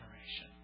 generation